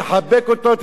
תחבק אותו,